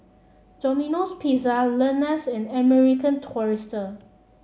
Domino Pizza Lenas and American Tourister